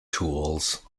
tools